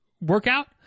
workout